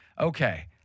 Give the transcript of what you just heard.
Okay